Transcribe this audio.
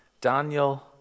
Daniel